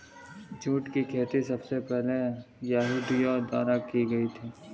jute की खेती सबसे पहले यहूदियों द्वारा की गयी थी